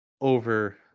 over